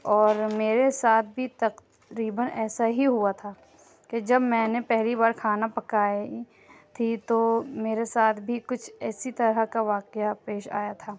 اور میرے ساتھ بھی تقریباً ایسا ہی ہُوا تھا کہ جب میں نے پہلی بار کھانا پکائی تھی تو میرے ساتھ بھی کچھ اِسی طرح کا واقعہ پیش آیا تھا